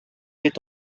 est